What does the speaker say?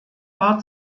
war